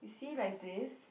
you see like this